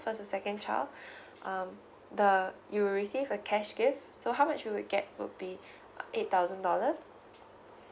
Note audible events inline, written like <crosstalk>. first or second child <breath> um the you'll receive a cash gift so how much you would get would be uh eight thousand dollars